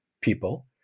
people